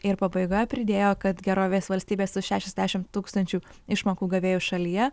ir pabaigoje pridėjo kad gerovės valstybė su šešiasdešimt tūkstančių išmokų gavėjų šalyje